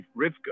Rivka